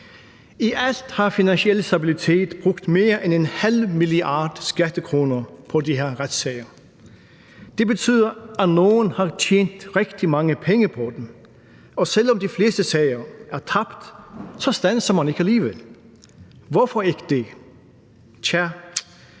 I alt har Finansiel Stabilitet brugt mere end en halv milliard skattekroner på de her retssager. Det betyder, at nogle har tjent rigtig mange penge på dem. Og selv om de fleste sager er tabt, standser man ikke alligevel. Hvorfor ikke det?